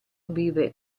vive